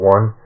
One